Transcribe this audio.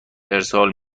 ارسال